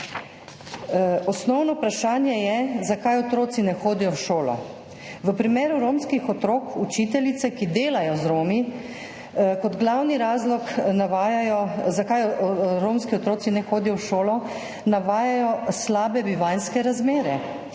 Osnovno vprašanje je, zakaj otroci ne hodijo v šolo. V primeru romskih otrok učiteljice, ki delajo z Romi, kot glavni razlog, zakaj romski otroci ne hodijo v šolo, navajajo slabe bivanjske razmere,